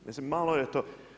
Mislim malo je to.